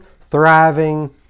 thriving